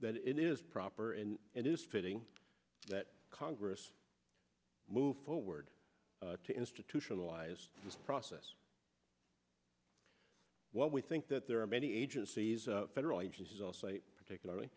that it is proper and it is fitting that congress move forward to institutionalize this process what we think that there are many agencies federal agencies also particularly